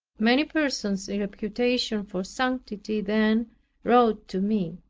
many persons in reputation for sanctity then wrote to me.